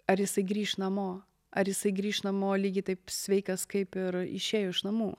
ar jisai grįš namo ar jisai grįš namo lygiai taip sveikas kaip ir išėjo iš namų